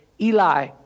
Eli